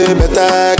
better